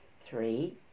Three